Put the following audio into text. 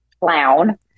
clown